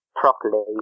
Properly